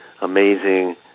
amazing